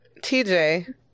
TJ